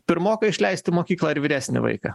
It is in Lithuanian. pirmoką išleist į mokyklą ar vyresnį vaiką